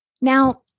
Now